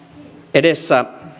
edessä